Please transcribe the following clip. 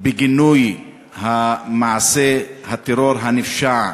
של גינוי מעשה הטרור הנפשע